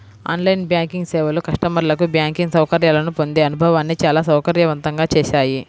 on line banking సేవలు కస్టమర్లకు banking సౌకర్యాలను పొందే అనుభవాన్ని చాలా సౌకర్యవంతంగా చేశాయి